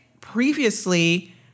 previously